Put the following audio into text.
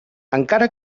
encara